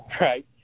right